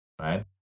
right